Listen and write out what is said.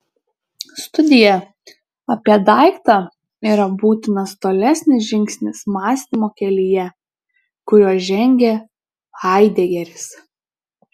studija apie daiktą yra būtinas tolesnis žingsnis mąstymo kelyje kuriuo žengia haidegeris